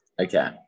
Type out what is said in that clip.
Okay